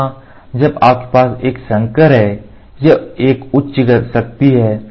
तो यहाँ जब आपके पास एक संकर है यह एक उच्च शक्ति है